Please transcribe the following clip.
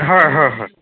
হয় হয় হয়